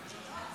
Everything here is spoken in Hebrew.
אנחנו נעבור